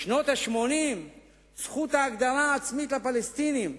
בשנות ה-80 זכות ההגדרה העצמית לפלסטינים,